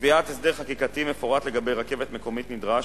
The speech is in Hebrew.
קביעת הסדר חקיקתי מפורט לגבי רכבת מקומית נדרש,